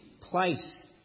place